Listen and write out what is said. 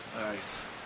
Nice